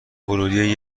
ورودی